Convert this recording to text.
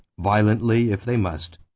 violently if they must.